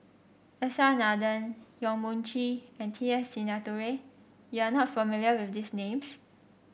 S R Nathan Yong Mun Chee and T S Sinnathuray you are not familiar with these names